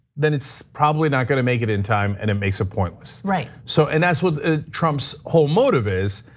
then it's probably not gonna make it in time, and it makes it pointless. right. so and that's what trump's whole motive is,